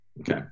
Okay